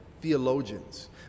theologians